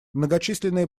многочисленные